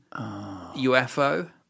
UFO